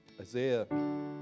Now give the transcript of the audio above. Isaiah